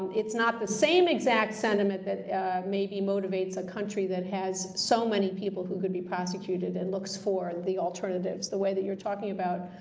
it's not the same exact sentiment that maybe motivates a country that has so many people who could be prosecuted and looks for the alternatives, the way that you're talking about.